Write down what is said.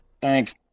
Thanks